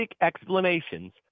explanations